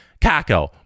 Kako